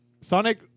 Sonic